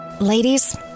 Ladies